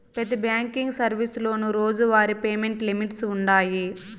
పెతి బ్యాంకింగ్ సర్వీసులోనూ రోజువారీ పేమెంట్ లిమిట్స్ వుండాయి